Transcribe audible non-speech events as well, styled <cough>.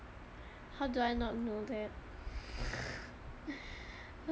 how do I not know that <noise>